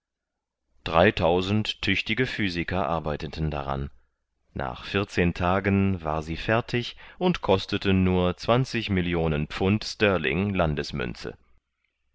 dreitausend tüchtige physiker arbeiteten daran nach vierzehn tagen war sie fertig und kostete nur zwanzig millionen pfund sterling